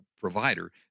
provider